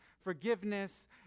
Forgiveness